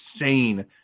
insane